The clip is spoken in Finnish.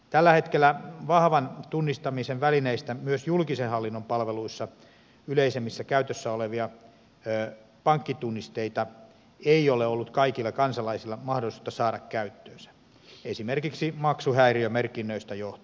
tällä hetkellä vahvan tunnistamisen välineistä myös julkisen hallinnon palveluissa yleisimmissä käytössä olevia pankkitunnisteita ei ole ollut kaikilla kansalaisilla mahdollisuutta saada käyttöönsä esimerkiksi maksuhäiriömerkinnöistä johtuen